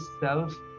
self